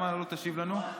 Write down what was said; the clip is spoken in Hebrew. למה לא תשיב לנו?